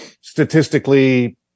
statistically